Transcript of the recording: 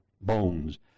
bones